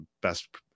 best